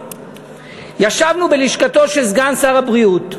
ישבנו בלשכתו של סגן שר הבריאות,